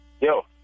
Yo